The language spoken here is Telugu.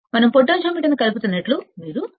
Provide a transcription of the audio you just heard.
మనం పొటెన్షియోమీటర్ను కలుపుతున్నట్లు మీరు చూడవచ్చు